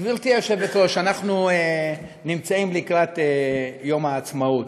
גברתי היושבת-ראש, אנחנו לקראת יום העצמאות,